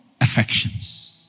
affections